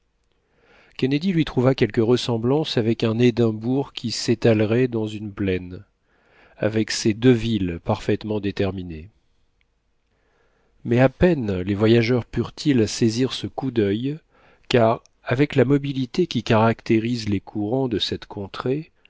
kennedy lui trouva quelque ressemblance avec un édimbourg qui s'étalerait dans une plaine avec ses deux villes parfaitement déterminées mais à peine les voyageurs purent ils saisir ce coup d'il car avec la mobilité qui caractérise les courants de cette contrée